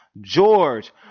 George